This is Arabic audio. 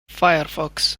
فَيَرفُكس